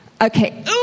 okay